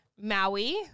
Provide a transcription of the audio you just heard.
Maui